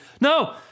no